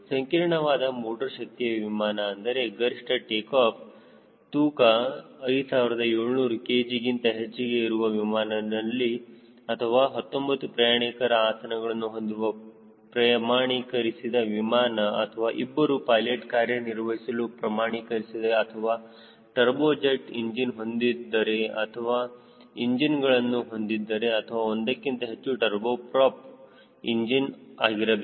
ಸಂಕೀರ್ಣವಾದ ಮೋಟರ್ ಶಕ್ತಿಯ ವಿಮಾನ ಅಂದರೆ ಗರಿಷ್ಠ ಟೇಕಾಫ್ ತೂಕ 5700 kgಗಿಂತ ಹೆಚ್ಚಿಗೆ ಇರುವ ವಿಮಾನನಲ್ಲಿ ಅಥವಾ 19 ಪ್ರಯಾಣಿಕರ ಆಸನಗಳನ್ನು ಹೊಂದಿರುವ ಪ್ರಮಾಣೀಕರಿಸಿದ ವಿಮಾನ ಅಥವಾ ಇಬ್ಬರು ಪೈಲೆಟ್ ಕಾರ್ಯನಿರ್ವಹಿಸಲು ಪ್ರಮಾಣೀಕರಿಸಿದರೆ ಅಥವಾ ಟರ್ಬೋಜೆಟ್ ಇಂಜಿನ್ ಹೊಂದಿದ್ದರೆ ಅಥವಾ ಇಂಜಿನ್ಗಳನ್ನು ಹೊಂದಿದ್ದರೆ ಅಥವಾ ಒಂದಕ್ಕಿಂತ ಹೆಚ್ಚಿಗೆ ಟರ್ಬೋ ಪ್ರಾಪ್ ಇಂಜಿನ್ ಆಗಿರಬಹುದು